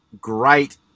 great